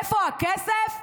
איפה הכסף?